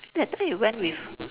that time you went you went with